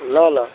ल ल